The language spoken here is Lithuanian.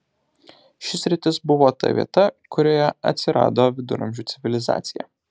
ši sritis buvo ta vieta kurioje atsirado viduramžių civilizacija